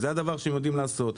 זה הדבר שהם יודעים לעשות,